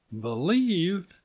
Believed